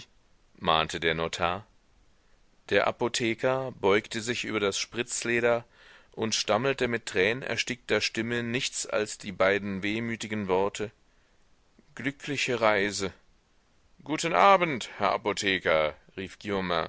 mahnte der notar der apotheker beugte sich über das spritzleder und stammelte mit tränenerstickter stimme nichts als die beiden wehmütigen worte glückliche reise guten abend herr apotheker rief